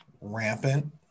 rampant